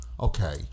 Okay